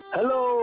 Hello